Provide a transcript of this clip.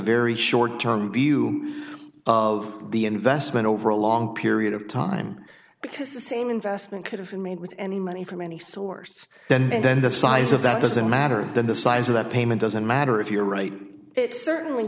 very short term view of the investment over a long period of time because the same investment could have been made with any money from any source and then the size of that doesn't matter than the size of the payment doesn't matter if you're right it certainly